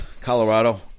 Colorado